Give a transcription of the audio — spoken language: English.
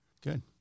Good